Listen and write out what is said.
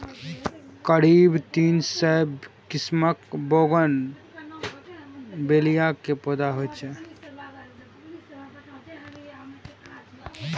करीब तीन सय किस्मक बोगनवेलिया के पौधा होइ छै